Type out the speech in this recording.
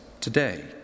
today